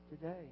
today